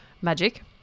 magic